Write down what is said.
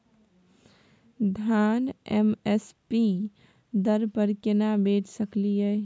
धान MSP दर पर केना बेच सकलियै?